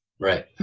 Right